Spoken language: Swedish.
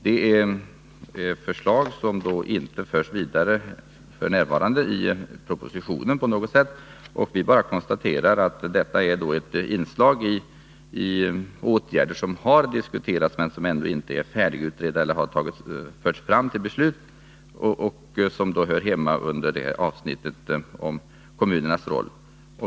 Men dessa förslag förs inte vidare i propositionen. Utskottet konstaterar därför bara att det under detta avsnitt om kommunernas roll är fråga om åtgärder som har diskuterats men som ännu inte är färdigutredda eller som inte har förts fram till beslut.